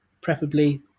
preferably